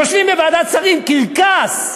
יושבים בוועדת שרים, קרקס.